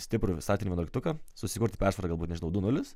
stiprų statinį vienuoliktuką susikurti persvarą galbūt nežinau du nulis